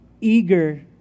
eager